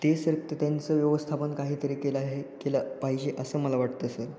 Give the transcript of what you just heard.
ते सर तर त्यांचं व्यवस्थापन काहीतरी केलं हे केलं पाहिजे असं मला वाटतं सर